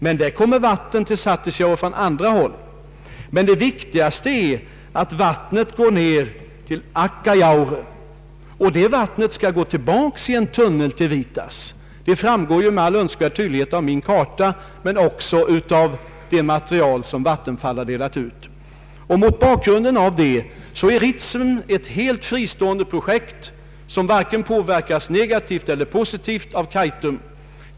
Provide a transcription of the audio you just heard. Men det kommer vatten till Satisjaure från andra håll. Det viktigaste är att vattnet går ned till Akkajaure. Det vattnet skall gå tillbaka i en tunnel till Vietas. Det framgår med all önskvärd tydlighet av min karta men också av det material som Vattenfall har delat ut. Mot bakgrunden härav är Ritsem ett helt fristående projekt som varken påverkas negativt eller positivt av Kaitum.